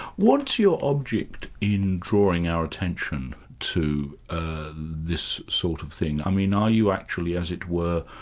what's your object in drawing our attention to ah this sort of thing? i mean, are you actually as it were,